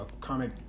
comic